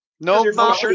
No